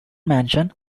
mansion